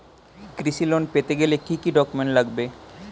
কৃষি লোন পেতে গেলে কি কি ডকুমেন্ট লাগবে?